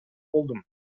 болдум